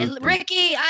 Ricky